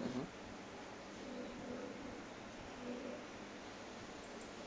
mmhmm